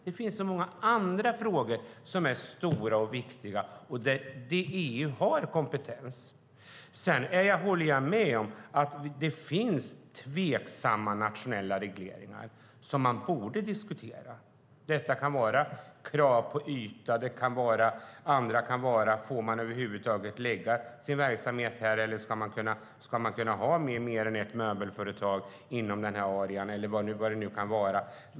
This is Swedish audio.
Det finns så många andra frågor som är stora och viktiga och där EU har kompetens. Sedan håller jag med om att det finns tveksamma nationella regleringar man borde diskutera. Det kan vara krav på yta, om man över huvud taget får förlägga sin verksamhet där - om det över huvud taget ska kunna finnas mer än ett möbelföretag inom arean - eller vad det nu kan vara.